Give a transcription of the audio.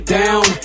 down